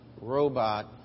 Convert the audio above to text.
robot